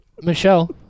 Michelle